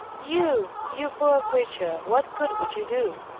you, you poor creature what good would you do?